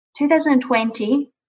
2020